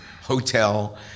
hotel